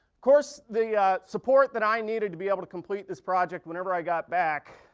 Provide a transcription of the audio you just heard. course the ah support that i needed to be able to complete this project whenever i got back,